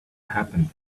happen